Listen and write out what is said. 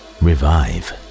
revive